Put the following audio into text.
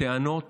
טענות